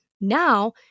Now